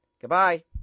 Goodbye